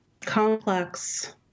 complex